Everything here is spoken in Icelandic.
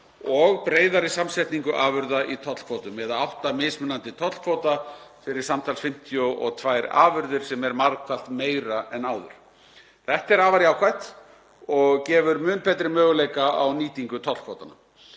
og breiðari samsetningu afurða í tollkvótum eða átta mismunandi tollkvóta fyrir samtals 52 afurðir, sem er margfalt meira en áður. Þetta er afar jákvætt og gefur mun betri möguleika á nýtingu tollkvótanna.